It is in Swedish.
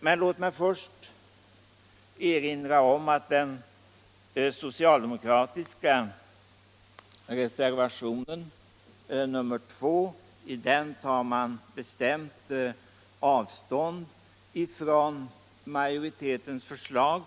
Men låt mig först erinra om att man i den socialdemokratiska reservationen nr 2 tar bestämt avstånd från majoritetens förslag.